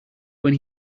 when